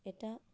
ᱮᱴᱟᱜ